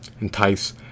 entice